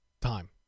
time